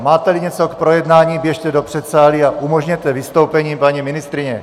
Máteli něco k projednání, běžte do předsálí a umožněte vystoupení paní ministryně.